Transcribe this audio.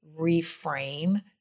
reframe